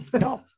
no